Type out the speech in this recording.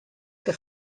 que